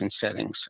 settings